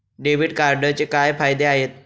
Debit कार्डचे काय फायदे आहेत?